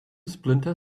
splinter